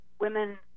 women